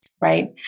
right